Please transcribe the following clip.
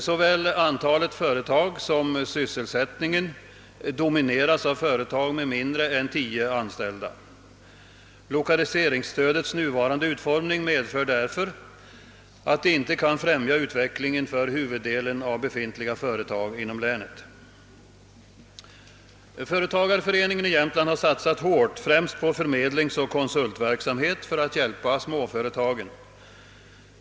Såväl antalet företag som sysselsättningen domineras av företag med mindre än 10 anställda. Lokaliseringsstödets nuvarande utformning medför därför att det inte kan främja utvecklingen för huvuddelen av befintliga företag inom länet. Företagareföreningen i Jämtland har satsat hårt främst på förmedlingsoch konsultverksamhet för att hjälpa småföretagen.